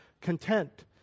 content